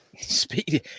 Speedy